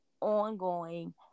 ongoing